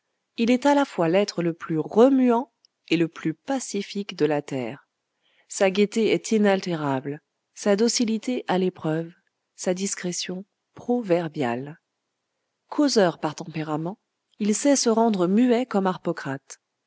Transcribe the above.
il est à la fois l'être le plus remuant et le plus pacifique de la terre sa gaîté est inaltérable sa docilité à l'épreuve sa discrétion proverbiale causeur par tempérament il sait se rendre muet comme